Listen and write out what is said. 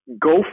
go